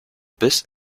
bis